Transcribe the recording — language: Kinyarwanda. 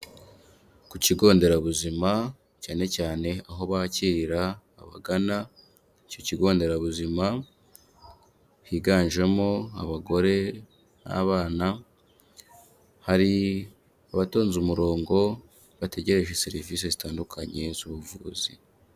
Ku kigo nderabuzima cyane cyane aho bakirira abagana icyo kigo nderabuzima higanjemo abagore n'abana, hari abatonze umurongo bategereje serivisi zitandukanye z'ubuvuzi.